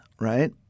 right